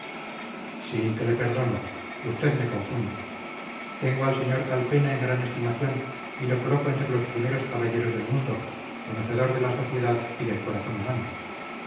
sí que le perdono usted me confunde tengo al sr calpena en gran estimación y le coloco entre los primeros caballeros del mundo conocedor de la sociedad y del corazón humano